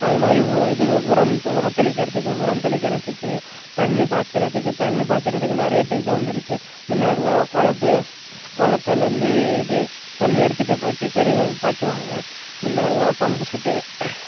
அது மாதிரி உ இது உரந் உரத் தெளிக்கறத்துக்கு உரம் தெளிக்கறத்துக்கு தண்ணி பாய்ச்சுறத்துக்கு தண்ணி பாய்ச்சுறத்துக்கு நிறைய இது வந்துருச்சு மின்னாடிலாம் குளத்து குளத்துலேர்ந்து இது தண்ணி எடுத்துகிட்டுப் போயிவிட்டு செடிங்களுக்கு பாய்ச்சுவாங்க முன்னாடிலாம் பம்பு செட்டு